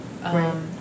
Right